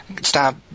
Stop